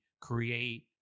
create